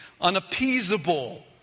unappeasable